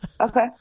Okay